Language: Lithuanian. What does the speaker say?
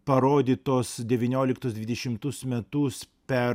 parodyt tos devynioliktus dvidešimtus metus per